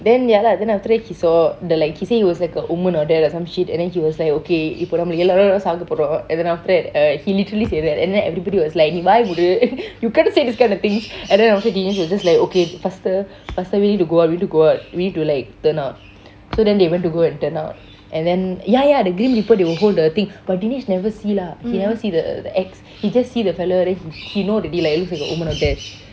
then ya lah then after that he saw the like he say it was like a omen of death or some shit then he was like okay போடா எல்லாரும் சாகபோறோம்:podaa ellarum caakaporom and then after that he literally said that and then everybody was like நீ வாயை மூடு: nee vaayai mootu you cannot say these kinda things and then after dinesh was just like okay faster faster we need to go out we need to go out we need to like turn out so then they went to go and turn out and then ya ya the grim reaper they will hold the thing but dinesh never see lah he never see the axe he just see the fellow then he know already looks like the omen of death